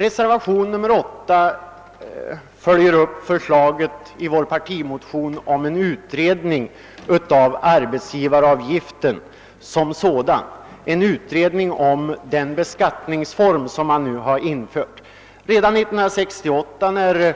Reservationen 8 följer upp förslaget i vår: partimotion angående utredning av arbetsgivaravgiften som sådan, alltså en utredning om den beskattningsform man nu har infört. När